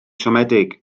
siomedig